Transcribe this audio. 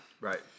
right